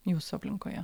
jūsų aplinkoje